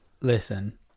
Listen